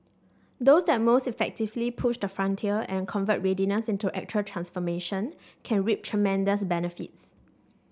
those that most effectively push the frontier and convert readiness into actual transformation can reap tremendous benefits